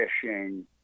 fishing